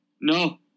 No